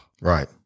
right